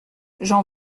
j’en